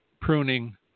pruning